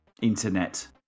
Internet